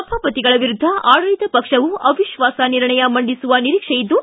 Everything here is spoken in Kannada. ಸಭಾಪತಿಗಳ ವಿರುದ್ಧ ಆಡಳಿತ ಪಕ್ಷವು ಅವಿಶ್ವಾಸ ನಿರ್ಣಯ ಮಂಡಿಸುವ ನಿರೀಕ್ಷೆ ಇದ್ದು